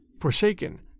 forsaken